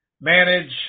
manage